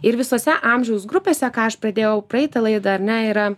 ir visose amžiaus grupėse ką aš pradėjau praeitą laidą ar ne yra